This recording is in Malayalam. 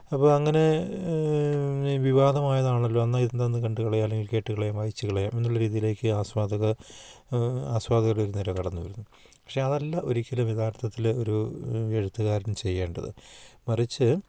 അപ്പം അങ്ങനെ വിവാദമായതാണല്ലോ എന്ന ഇത് ഒന്നു കണ്ടുകളയാം അല്ലെങ്കിൽ കേട്ടു കളയാം വായിച്ചു കളയാം എന്നുള്ള രീതിയിലേക്ക് ആസ്വാദക ആസ്വാദകരുടെ ഒരു നിര കടന്നു വരുന്നു പക്ഷേ അതല്ല ഒരിക്കലും യഥാർത്ഥത്തിൽ ഒരു എഴുത്തുകാരൻ ചെയ്യേണ്ടത് മറിച്ചു